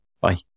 Bye